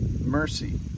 mercy